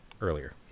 earlier